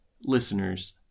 listeners